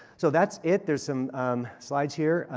so that's it. there's some slides here.